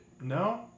No